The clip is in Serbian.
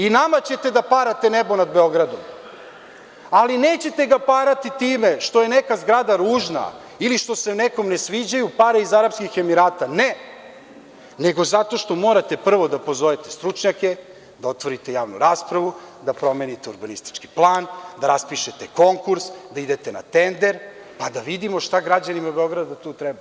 I nama ćete da parate nebo nad Beogradom, ali nećete ga parati time što je neka zgrada ružna ili što se nekom ne sviđaju pare iz Arapskih Emirata, ne, nego zato što morate prvo da pozovete stručnjake, da otvorite javnu raspravu, da promenite urbanistički plan, da raspišete konkurs, da idete na tender, pa da vidimo šta građanima Beograda tu treba.